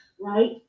right